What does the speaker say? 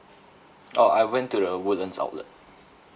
oh I went to the woodlands outlet